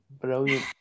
brilliant